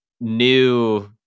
new